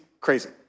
crazy